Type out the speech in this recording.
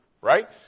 Right